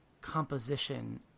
composition